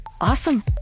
awesome